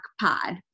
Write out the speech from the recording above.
pod